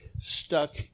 stuck